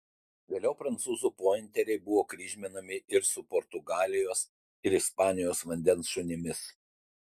vėliau prancūzų pointeriai buvo kryžminami ir su portugalijos ir ispanijos vandens šunimis